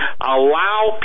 allow